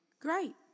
Great